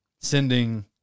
sending